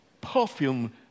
perfume